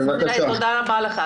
שי, תודה רבה לך.